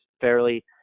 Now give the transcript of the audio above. fairly